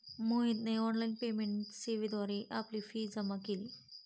मोहितने online payment सेवेद्वारे आपली फी जमा केली